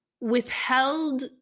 withheld